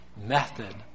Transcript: method